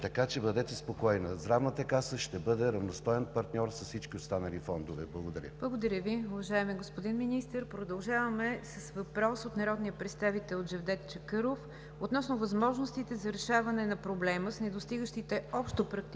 така че бъдете спокойна – Здравната каса ще бъде равностоен партньор с всички останали фондове. Благодаря. ПРЕДСЕДАТЕЛ НИГЯР ДЖАФЕР: Благодаря Ви, уважаеми господин Министър. Продължаваме с въпрос от народния представител Джевдет Чакъров относно възможностите за решаване на проблема с недостигащите общопрактикуващи